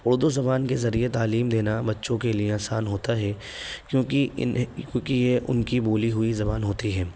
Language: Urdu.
اردو زبان کے ذریعے تعلیم دینا بچوں کے لیے آسان ہوتا ہے کیونکہ انہیں کیونکہ یہ ان کی بولی ہوئی زبان ہوتی ہے